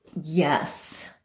Yes